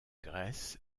grèce